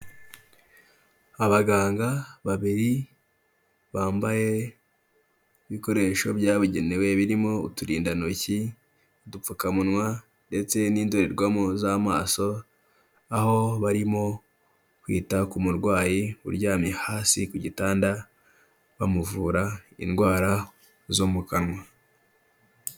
Abaganga babiri bambaye ibikoresho byabugenewe birimo uturindantoki, udupfukamunwa ndetse n'indorerwamo z'amaso, aho barimo kwita ku murwayi uryamye hasi ku gitanda bamuvura indwara zo mu kanwa.